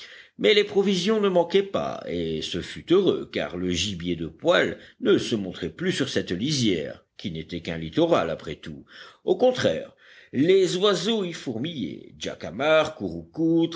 mais les provisions ne manquaient pas et ce fut heureux car le gibier de poil ne se montrait plus sur cette lisière qui n'était qu'un littoral après tout au contraire les oiseaux y